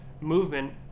movement